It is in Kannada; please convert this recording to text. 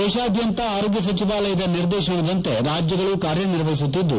ದೇಶಾದ್ಯಂತ ಆರೋಗ್ಯ ಸಚಿವಾಲಯದ ನಿರ್ದೇಶನದಂತೆ ರಾಜ್ಜಗಳು ಕಾರ್ಯನಿರ್ವಹಿಸುತ್ತಿದ್ದು